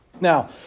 Now